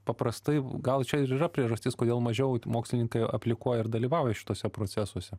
paprastai gal čia ir yra priežastis kodėl mažiau mokslininkai aplikuoja ir dalyvauja šituose procesuose